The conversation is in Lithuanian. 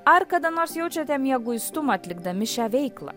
ar kada nors jaučiate mieguistumą atlikdami šią veiklą